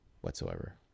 whatsoever